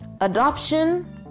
adoption